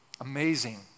Amazing